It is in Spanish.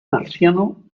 marciano